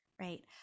Right